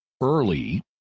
early